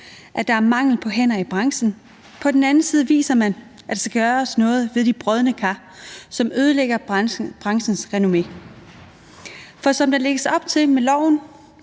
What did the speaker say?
at der er mangel på hænder i branchen. På den anden side viser man, at der skal gøres noget ved de brodne kar, som ødelægger branchens renommé. For som der lægges op til med